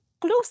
Close